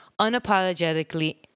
unapologetically